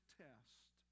test